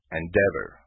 endeavor